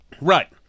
Right